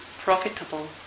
profitable